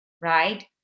right